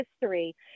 history